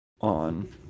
on